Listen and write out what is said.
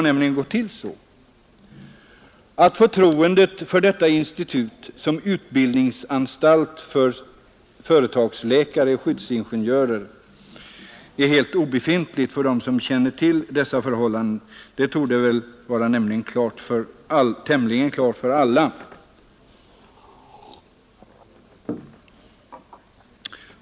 Att förtroendet för detta institut som utbildningsanstalt för företagsläkare och skyddsingenjörer är helt obefintligt bland dem som känner till dessa förhållanden torde stå tämligen klart för alla.